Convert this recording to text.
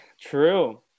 true